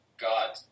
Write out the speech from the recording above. God